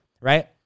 right